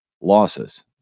losses